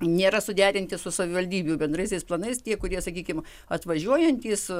nėra suderinti su savivaldybių bendraisiais planais tie kurie sakykim atvažiuojantys